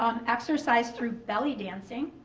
um exercise through belly dancing,